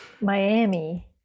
Miami